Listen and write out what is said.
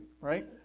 right